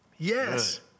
Yes